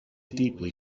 deeply